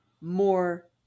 more